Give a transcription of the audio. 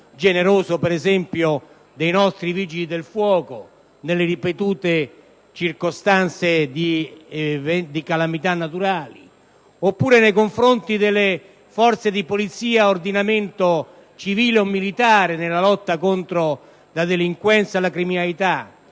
generoso, ad esempio, dei nostri Vigili del fuoco nelle ripetute circostanze di calamità naturali oppure nei confronti delle Forze di polizia a ordinamento civile o militare nella lotta contro la delinquenza e la criminalità